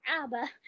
ABBA